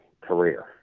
career